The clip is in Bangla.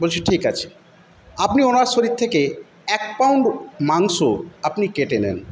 বলছে ঠিক আছে আপনি ওনার শরীর থেকে এক পাউন্ড মাংস আপনি কেটে নেন